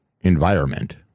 environment